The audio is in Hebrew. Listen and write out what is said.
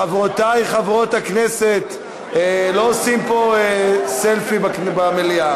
חברותי חברות הכנסת, לא עושים פה סלפי במליאה.